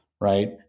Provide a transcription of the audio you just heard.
right